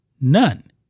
None